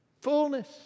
fullness